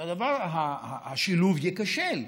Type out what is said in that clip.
הרי השילוב ייכשל.